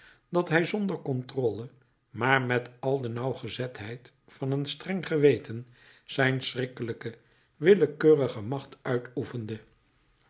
dat hij zonder controle maar met al de nauwgezetheid van een streng geweten zijn schrikkelijke willekeurige macht